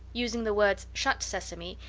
using the words shut, sesame!